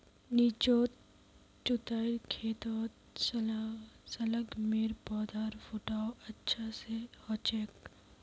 निचोत जुताईर खेतत शलगमेर पौधार फुटाव अच्छा स हछेक